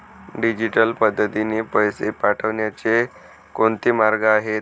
Digital पद्धतीने पैसे पाठवण्याचे कोणते मार्ग आहेत?